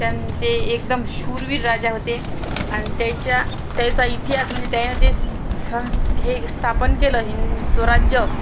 त्यान ते एकदम शूरवीर राजा होते आणि त्याच्या त्यायचा इतिहास म्हणजे त्याने जे संस् हे स्थापन केलं हिन स्वराज्य